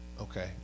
okay